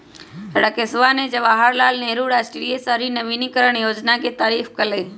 राकेशवा ने जवाहर लाल नेहरू राष्ट्रीय शहरी नवीकरण योजना के तारीफ कईलय